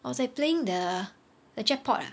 I was like playing the the jackpot ah